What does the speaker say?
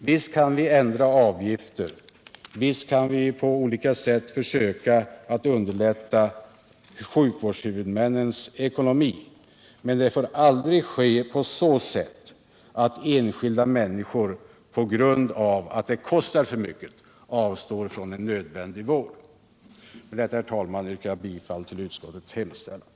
Visst kan vi ändra avgifter, visst kan vi på olika sätt försöka förbättra sjukvårdshuvudmännens ekonomi, men det får aldrig ske på så sätt att enskilda människor på grund av att det kostar för mycket avstår från en nödvändig vård. Med detta, herr talman, yrkar jag bifall till utskottets hemställan.